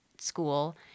school